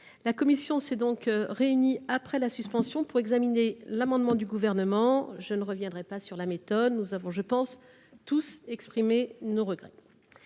La commission s’est en effet réunie durant la suspension pour examiner l’amendement du Gouvernement. Je ne reviendrai pas sur la méthode : nous avons tous, je pense, exprimé nos regrets.